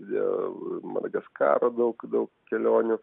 dėl madagaskaro daug daug kelionių